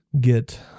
get